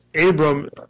Abram